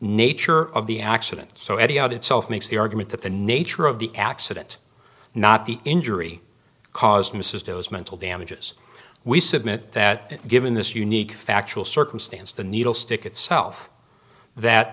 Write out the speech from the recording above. nature of the accident so any out itself makes the argument that the nature of the accident not the injury caused misses those mental damages we submit that given this unique factual circumstance the needle stick itself that